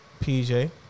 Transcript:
PJ